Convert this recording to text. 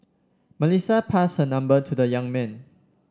Melissa passed her number to the young man